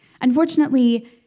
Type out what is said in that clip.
Unfortunately